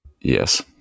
Yes